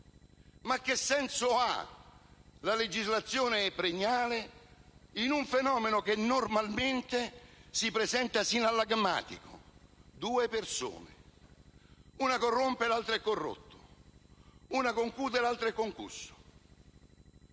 Che senso ha la legislazione premiale in un fenomeno che normalmente si presenta sinallagmatico? Due persone, una corrompe e l'altra è corrotta; una concute e l'altra è concussa.